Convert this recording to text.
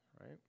right